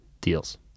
deals